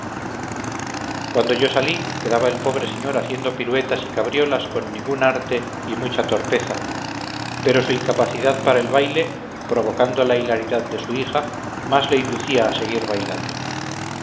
cuando yo salí quedaba el pobre señor haciendo piruetas y cabriolas con ningún arte y mucha torpeza pero su incapacidad para el baile provocando la hilaridad de su hija más le inducía a seguir bailando